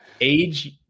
Age